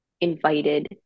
invited